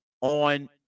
on